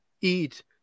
eat